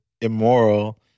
immoral